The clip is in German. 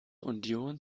union